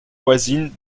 voisines